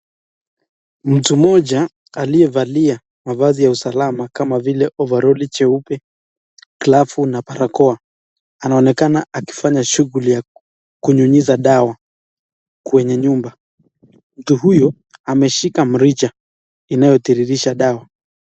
Mtu moja aliyevalia mavasi ya usalama kama vile ovaroli cheupe glavu na barakoa anaonekana akifanya shughuli kunyunyiza dawa kwenye nyumba mtu huyu ameshika mrija inayotiririsha damu.